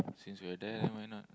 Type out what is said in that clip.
since we are there why not